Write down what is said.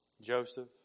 Joseph